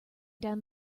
down